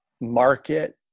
market